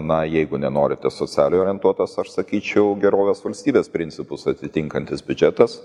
na jeigu nenorite socialiai orientuotas aš sakyčiau gerovės valstybės principus atitinkantis biudžetas